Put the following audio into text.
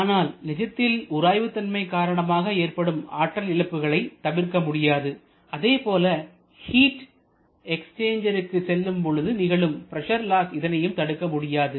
ஆனால் நிஜத்தில் உராய்வுதன்மை காரணமாக ஏற்படும் ஆற்றல் இழப்புகளை தவிர்க்க முடியாது அதேபோல ஹீட் எக்ஸ்சேஞ்சருக்கு செல்லும்பொழுது நிகழும் பிரஷர் லாஸ் இதனையும் தடுக்க முடியாது